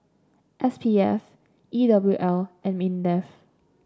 S P F E W L and Mindef